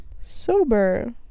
Sober